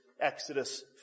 Exodus